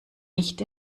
nicht